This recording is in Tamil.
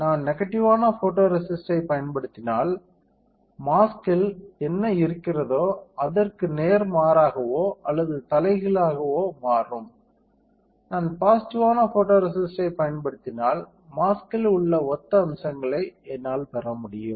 நான் நெகடிவ்வான ஃபோட்டோரேசிஸ்டைப் பயன்படுத்தினால் மாஸ்க்கில் என்ன இருக்கிறதோ அதற்கு நேர்மாறாகவோ அல்லது தலைகீழாகவோ மாறும் நான் பாசிட்டிவ்வான ஃபோட்டோரேசிஸ்டைப் பயன்படுத்தினால் மாஸ்க்கில் உள்ள ஒத்த அம்சங்களை என்னால் பெற முடியும்